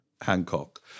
Hancock